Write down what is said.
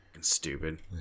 Stupid